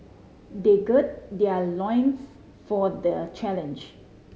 they gird their loins for the challenge